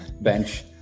bench